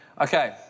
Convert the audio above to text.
Okay